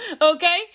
Okay